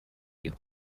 you